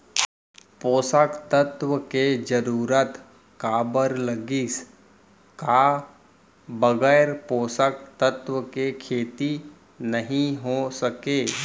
पोसक तत्व के जरूरत काबर लगिस, का बगैर पोसक तत्व के खेती नही हो सके?